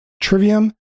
Trivium